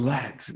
Let